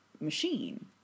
machine